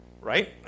Right